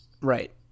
Right